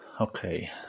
Okay